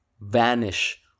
vanish